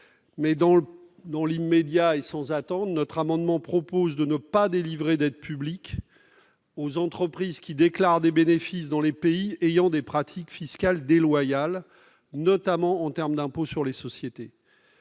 Dans l'immédiat, nous proposons de ne pas délivrer d'aides publiques aux entreprises qui déclarent des bénéfices dans les pays ayant des pratiques fiscales déloyales, notamment en termes d'impôt sur les sociétés.